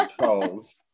Trolls